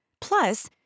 Plus